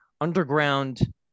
underground